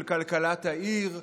של כלכלת העיר.